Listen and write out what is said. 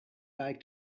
like